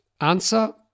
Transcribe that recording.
Answer